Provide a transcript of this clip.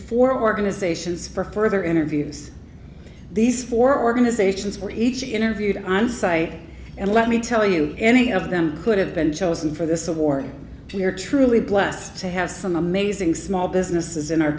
four organizations for further interviews these four organizations were each interviewed on site and let me tell you any of them could have been chosen for this award if you're truly blessed to have some amazing small businesses in our